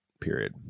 period